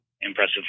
impressive